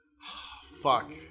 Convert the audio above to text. Fuck